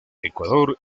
ecuador